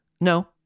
No